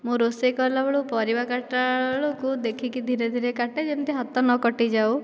ମୁଁ ରୋଷେଇ କଲାବେଳୁ ପରିବା କାଟିଲା ବେଳକୁ ଦେଖିକି ଧୀରେ ଧୀରେ କାଟେ ଯେମିତି ହାତ ନ କଟିଯାଉ